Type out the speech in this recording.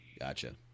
Gotcha